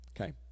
Okay